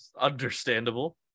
Understandable